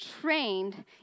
trained